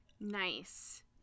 Nice